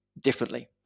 differently